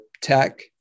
tech